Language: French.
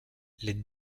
les